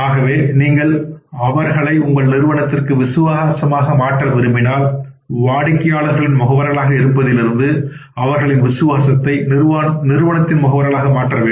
ஆகவே நீங்கள் அவர்களை உங்கள் நிறுவனத்திற்கு விசுவாசமாக மாற்ற விரும்பினால் வாடிக்கையாளர்களின் முகவர்களாக இருப்பதிலிருந்து அவர்களின் விசுவாசத்தை நிறுவனத்தின் முகவர்களுக்கு மாற்ற வேண்டும்